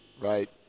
Right